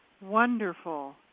Wonderful